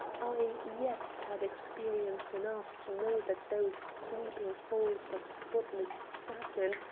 i yet had experience enough to know that those sweeping folds of spotless satin,